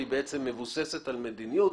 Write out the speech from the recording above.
היא מבוססת על מדיניות,